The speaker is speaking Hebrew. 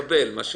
שזה המקבל.